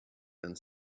and